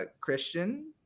christian